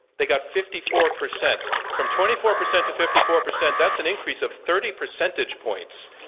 they got fifty four percent. from twenty four percent to fifty four percent, that's an increase of thirty percentage points.